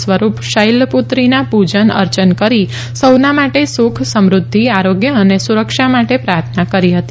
સ્વરૂપ શૈલપુત્રીનાં પૂજન અર્ચન કરી સૌના માટે સુખ સમુઘ્ઘિ આરોગ્ય અને સુરક્ષા માટે પ્રાર્થના કરી હતી